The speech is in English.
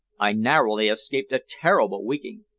i narrowly escaped a terrible wigging.